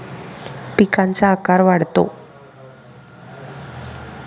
पिकांचा आकार वाढतो